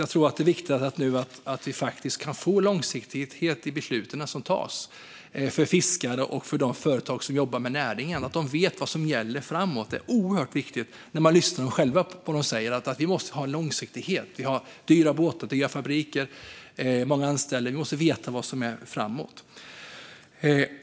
Jag tror att det är viktigt att vi nu faktiskt kan få långsiktighet i besluten som fattas för de fiskare och för de företag som jobbar med näringen, så att de vet vad som gäller framåt. Det är oerhört viktigt. De säger själva: Vi måste ha en långsiktighet. Vi har dyra båtar, dyra fabriker och många anställda. Vi måste veta vad som händer framåt.